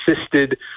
assisted